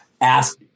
ask